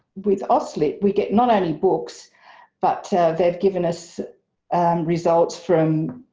with auslit we get not only books but they've given us results from.